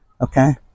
Okay